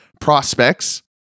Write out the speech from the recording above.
prospects